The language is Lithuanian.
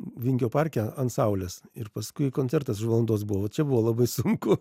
vingio parke ant saulės ir paskui koncertas už valandos buvo čia buvo labai sunku